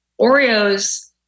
Oreos